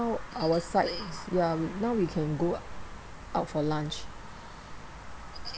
now our side ya now we can go out for lunch